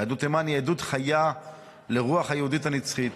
יהדות תימן היא עדות חיה לרוח היהודית הנצחית,